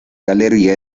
galería